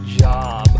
job